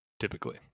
Typically